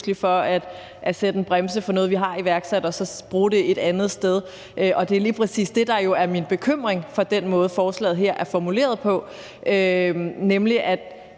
for at sætte en bremse for noget, vi har iværksat, og så bruge pengene et andet sted. Og det er jo lige præcis det, der er min bekymring, på grund af den måde, forslaget her er formuleret på, nemlig at